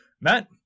matt